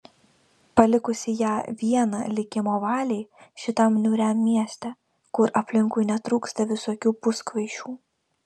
palikusi ją vieną likimo valiai šitam niūriam mieste kur aplinkui netrūksta visokių puskvaišių